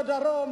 בדרום,